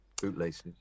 bootlaces